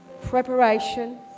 Preparation